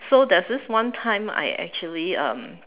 so there is this one time that I actually um